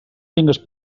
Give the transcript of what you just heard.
tingues